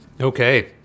Okay